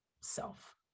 self